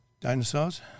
Dinosaurs